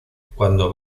cuando